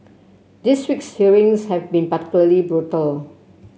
this week's hearings have been particularly brutal